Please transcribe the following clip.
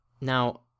Now